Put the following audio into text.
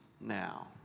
now